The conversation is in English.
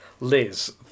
Liz